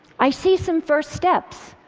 i see some first steps.